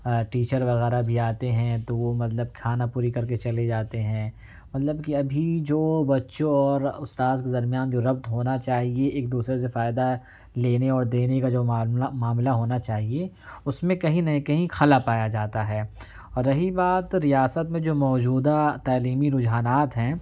teacher وغیرہ بھی آتے ہیں تو وہ مطلب خانہ پری کر کے چلے جاتے ہیں مطلب کہ ابھی جو بچوں اور استاد کے درمیان جو ربط ہونا چاہیے ایک دوسرے سے فائدہ لینے اور دینے کا جو معاملہ ہونا چاہیے اس میں کہیں نہ کہیں خلا پایا جاتا ہے اور رہی بات ریاست میں جو موجودہ تعلیمی رجحانات ہیں